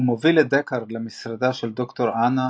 הוא מוביל את דקארד למשרדה של ד"ר אנה